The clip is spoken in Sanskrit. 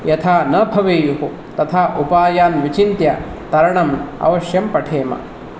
यथा न भवेयुः तथा उपायं विचिन्त्य तरणम् अवश्यं पठेम